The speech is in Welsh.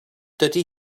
dydy